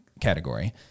category